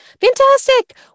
Fantastic